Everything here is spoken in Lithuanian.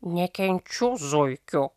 nekenčiu zuikių